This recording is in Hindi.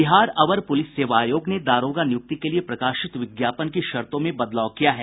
बिहार अवर प्रलिस सेवा आयोग ने दारोगा नियुक्ति के लिए प्रकाशित विज्ञापन की शर्तो में बदलाव किया है